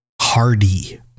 hardy